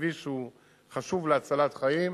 הכביש חשוב להצלת חיים,